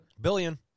Billion